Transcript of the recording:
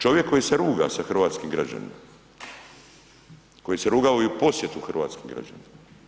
Čovjek koji se ruga sa hrvatskim građanima, koji se rugao i u posjetu hrvatskim građanima.